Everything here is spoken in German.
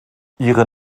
ihre